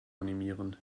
animieren